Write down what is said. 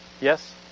Yes